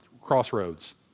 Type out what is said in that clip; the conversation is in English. crossroads